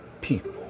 people